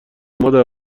مادر